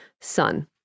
Son